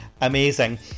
amazing